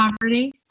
poverty